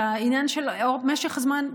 לעניין של משך זמן,